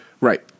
Right